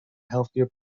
healthier